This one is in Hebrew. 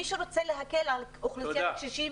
מי שרוצה להקל על אוכלוסיית הקשישים,